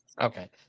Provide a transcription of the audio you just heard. Okay